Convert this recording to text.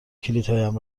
کلیدهایم